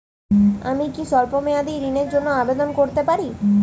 আমি কি স্বল্প মেয়াদি ঋণের জন্যে আবেদন করতে পারি?